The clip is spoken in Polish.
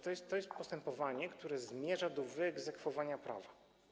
To jest postępowanie, które zmierza do wyegzekwowania prawa.